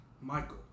Michael